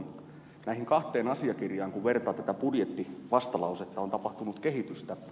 kun näihin kahteen asiakirjaan vertaa tätä budjettivastalausetta on tapahtunut kehitystä